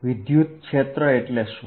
વિદ્યુત ક્ષેત્ર એટલે શું